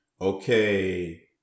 Okay